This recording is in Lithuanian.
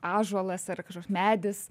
ąžuolas ar kažkoks medis